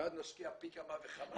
ואז נשקיע בזה פי כמה וכמה.